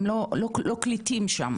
הם לא קליטים שם.